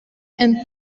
and